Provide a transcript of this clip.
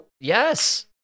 Yes